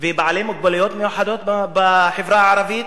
ובעלי מוגבלויות מיוחדות בחברה הערבית